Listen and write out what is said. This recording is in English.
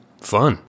fun